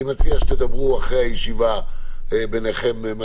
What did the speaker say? אני מציע שתדברו אחרי הישיבה ביניכם על